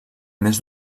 més